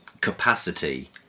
capacity